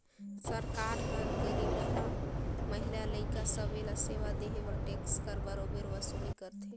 सरकार हर गरीबहा, महिला, लइका सब्बे ल सेवा देहे बर टेक्स कर बरोबेर वसूली करथे